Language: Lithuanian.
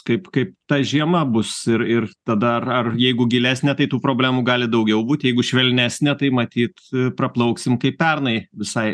kaip kaip ta žiema bus ir ir tada ar ar jeigu gilesnė tai tų problemų gali daugiau būt jeigu švelnesnė tai matyt praplauksim kaip pernai visai